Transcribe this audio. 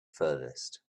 furthest